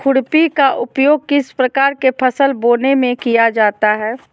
खुरपी का उपयोग किस प्रकार के फसल बोने में किया जाता है?